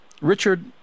richard